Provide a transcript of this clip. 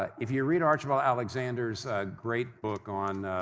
ah if you read archibald alexander's great book on